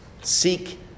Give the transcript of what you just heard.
Seek